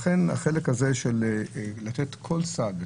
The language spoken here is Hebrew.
לכן צריך לתת כל סעד,